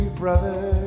brother